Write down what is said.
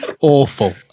Awful